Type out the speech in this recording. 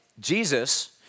Jesus